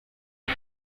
iri